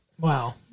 Wow